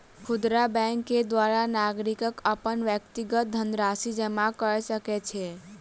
खुदरा बैंक के द्वारा नागरिक अपन व्यक्तिगत धनराशि जमा कय सकै छै